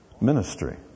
ministry